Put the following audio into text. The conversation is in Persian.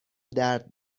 درد